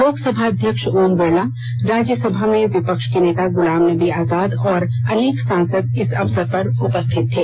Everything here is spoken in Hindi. लोकसभा अध्यक्ष ओम बिरला राज्य सभा में विपक्ष के नेता गुलाम नबी आजाद और अनेक सांसद इस अवसर पर उपस्थित थे